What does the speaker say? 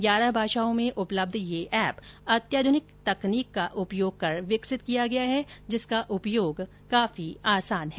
ग्यारह भाषाओं में उपलब्ध ये एप अत्याधुनिक तकनीक का उपयोग कर विकसित किया गया है जिसका उपयोग काफी आसान है